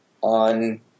on